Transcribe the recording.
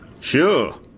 Sure